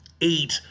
eight